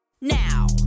now